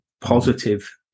positive